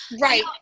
right